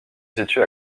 situe